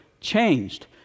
changed